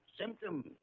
symptoms